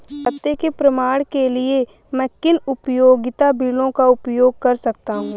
पते के प्रमाण के लिए मैं किन उपयोगिता बिलों का उपयोग कर सकता हूँ?